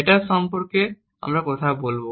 এটার সম্পর্কে কথা বলব